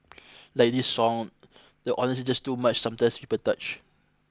like this song the honesty just too much sometimes people touch